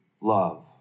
love